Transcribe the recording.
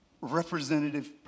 representative